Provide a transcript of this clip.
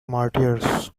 martyrs